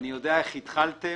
יודע איך התחלתם,